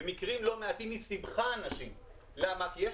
במקרים לא מעטים היא סיבכה אנשים כי יש